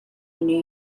new